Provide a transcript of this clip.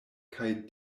kaj